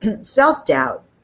self-doubt